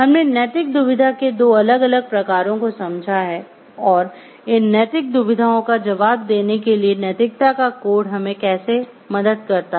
हमने नैतिक दुविधा के दो अलग अलग प्रकारों को समझा है और इन नैतिक दुविधाओं का जवाब देने के लिए नैतिकता का कोड हमें कैसे मदद करता है